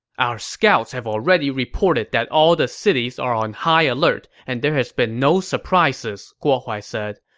our scouts have already reported that all the cities are on high alert and there has been no surprises, guo huai said.